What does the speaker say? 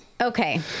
okay